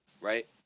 right